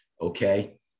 okay